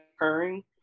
occurring